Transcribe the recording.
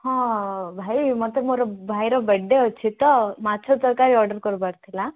ହଁ ଭାଇ ମୋତେ ମୋର ଭାଇର ବର୍ଥଡ଼େ ଅଛି ତ ମାଛ ତରକାରୀ ଅର୍ଡ଼ର କରିବାର ଥିଲା